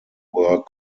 were